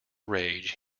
rage